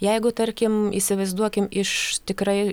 jeigu tarkim įsivaizduokim iš tikrai